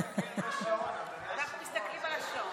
אנחנו מסתכלים על השעון.